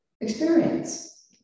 experience